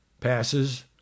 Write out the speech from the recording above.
passes